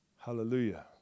Hallelujah